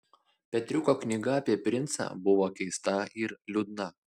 petriuko knyga apie princą buvo keista ir liūdna